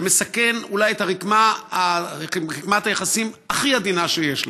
שמסכן אולי את רקמת היחסים הכי עדינה שיש לנו,